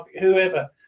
whoever